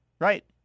right